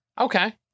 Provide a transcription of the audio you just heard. Okay